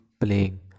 playing